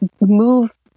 move